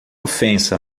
ofensa